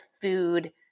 food